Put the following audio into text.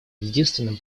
единственным